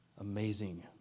amazing